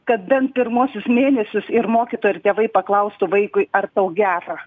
kad bent pirmuosius mėnesius ir mokytojai ir tėvai paklaustų vaikui ar tau gera